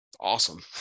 awesome